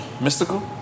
mystical